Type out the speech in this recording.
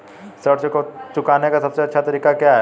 ऋण चुकाने का सबसे अच्छा तरीका क्या है?